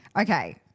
Okay